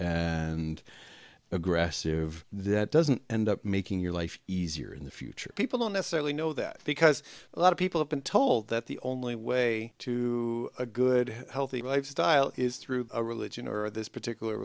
and aggressive that doesn't end up making your life easier in the future people don't necessarily know that because a lot of people have been told that the only way to a good healthy lifestyle is through a religion or this particular